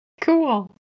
Cool